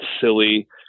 silly